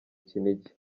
kinigi